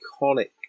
iconic